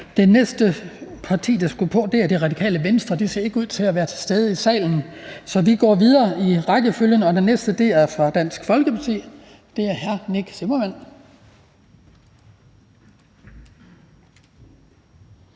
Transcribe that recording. Det næste parti, der skulle på, er Radikale Venstre, men de ser ikke ud til at være til stede i salen. Så går vi videre i rækkefølgen, og den næste er fra Dansk Folkeparti, og det er hr. Nick Zimmermann.